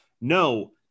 no